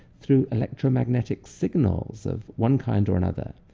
through electromagnetic signals of one kind or another.